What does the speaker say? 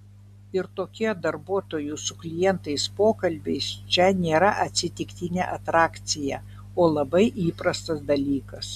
ir tokie darbuotojų su klientais pokalbiai čia nėra atsitiktinė atrakcija o labai įprastas dalykas